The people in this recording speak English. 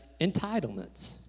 entitlements